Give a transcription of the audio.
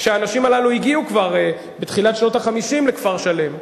כשהאנשים הללו הגיעו כבר בתחילת שנות ה-50 לכפר-שלם.